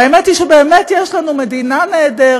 והאמת היא שבאמת יש לנו מדינה נהדרת,